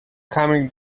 coming